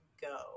go